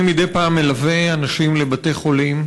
אני מדי פעם מלווה אנשים לבתי-חולים,